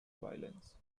violins